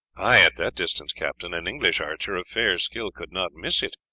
ay, at that distance, captain, an english archer of fair skill could not miss it,